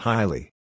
Highly